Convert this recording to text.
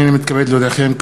הנני מתכבד להודיעכם,